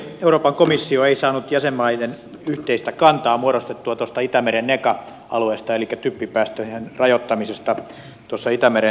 euroopan komissio ei saanut jäsenmaiden yhteistä kantaa muodostettua tuosta itämeren neca alueesta elikkä typpipäästöjen rajoittamisesta tuossa itämeren merialueella